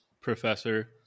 professor